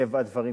מטבע הדברים,